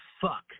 fuck